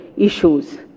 issues